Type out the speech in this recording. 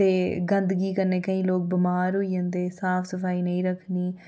ते गंदगी कन्नै केईं लोक बमार होई जंदे साफ सफाई नेईं रक्खनी